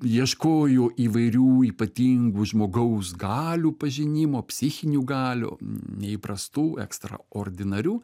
ieškojo įvairių ypatingų žmogaus galių pažinimo psichinių galių neįprastų ekstraordinarių